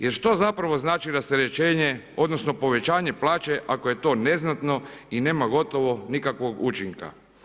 Jer što zapravo znači rasterećenje odnosno povećanje plaće ako je to neznatno i nema gotovo nikakvog učinka?